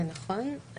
זה נכון,